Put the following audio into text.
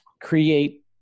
create